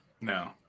No